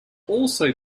also